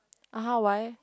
(uh huh) why eh